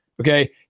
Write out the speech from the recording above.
okay